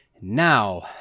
now